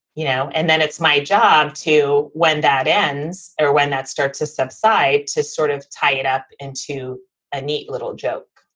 you know, and then it's my job to when that ends or when that starts to subside to sort of tie it up into a neat little joke.